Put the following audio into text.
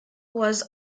was